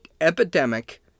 epidemic